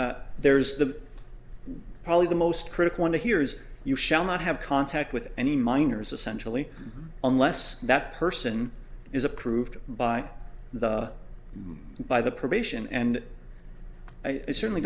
that there's the probably the most critical and here is you shall not have contact with any minors essentially unless that person is approved by the by the probation and i certainly